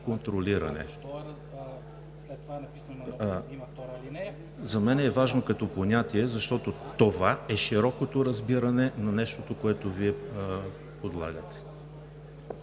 контролиране. За мен е важно като понятие, защото това е широкото разбиране на нещото, което Вие подлагате…